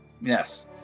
Yes